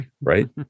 right